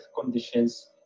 conditions